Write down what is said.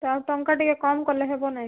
ତ ଆଉ ଟଙ୍କା ଟିକିଏ କମ୍ କଲେ ହେବନାହିଁ କି